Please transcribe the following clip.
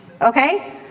okay